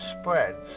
spreads